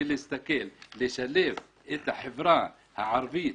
לשלב את החברה הערבית,